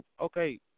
okay